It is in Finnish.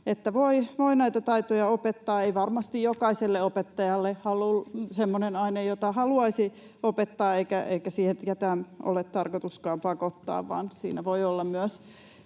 että voi näitä taitoja opettaa. Ei varmasti jokaiselle opettajalle semmoinen aine, jota haluaisi opettaa, eikä siihen ketään ole tarkoitus pakottaakaan, vaan siinä voivat olla myös